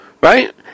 Right